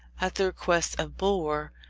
at the request of bulwer,